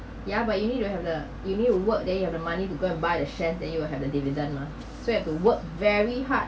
ya but you need to have the you need to work then you have the money to go and buy a shares then you will have the dividend mah so have to work very hard